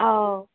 ꯑꯥꯎ